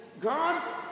God